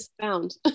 found